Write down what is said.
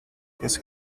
his